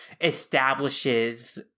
establishes